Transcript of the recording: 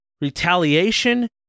retaliation